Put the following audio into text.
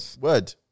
word